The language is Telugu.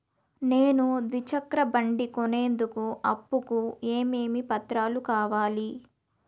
నేను ద్విచక్ర బండి కొనేందుకు అప్పు కు ఏమేమి పత్రాలు కావాలి?